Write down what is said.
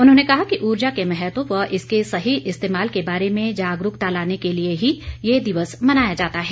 उन्होंने कहा कि ऊर्जा के महत्व व इसके सही इस्तेमाल के बारे में जागरूकता लाने के लिए ही ये दिवस मनाया जाता है